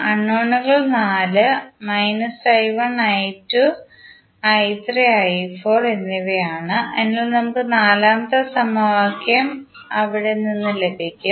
അൺനോണുകൾ നാല് എന്നിവയാണ് അതിനാൽ നമുക്ക് നാലാമത്തെ സമവാക്യം എവിടെ നിന്ന് ലഭിക്കും